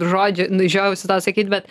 žodžiu nu žiojausi tą sakyt bet